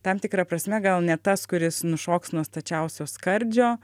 tam tikra prasme gal ne tas kuris nušoks nuo stačiausios skardžio